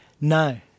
No